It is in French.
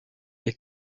des